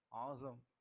awesome